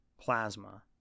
Plasma